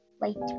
later